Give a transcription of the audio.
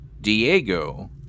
Diego